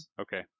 Okay